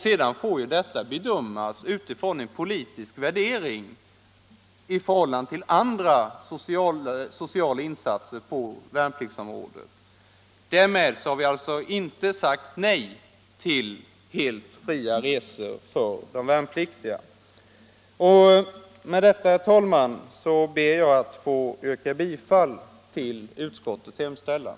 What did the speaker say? Sedan får en politisk värdering göras i förhållande till andra sociala insatser på värnpliktsområdet. Vi har alltså inte sagt nej till helt fria resor för de värnpliktiga. Med detta ber jag, herr talman, att få yrka bifall till utskottets hemställan.